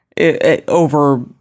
over